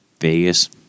Vegas